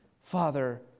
Father